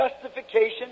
justification